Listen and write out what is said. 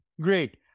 Great